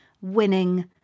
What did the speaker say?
winning